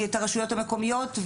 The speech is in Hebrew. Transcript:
את הרשויות המקומיות,